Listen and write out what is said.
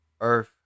Earth